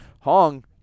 Hong